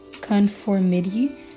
Conformity